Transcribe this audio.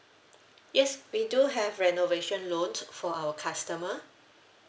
yes we do have renovation loan for our customer